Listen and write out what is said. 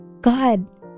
God